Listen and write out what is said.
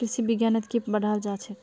कृषि विज्ञानत की पढ़ाल जाछेक